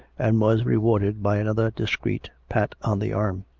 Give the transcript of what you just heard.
and was rewarded by another discreet pat on the arm.